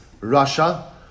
Russia